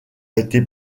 été